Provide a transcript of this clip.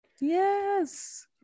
Yes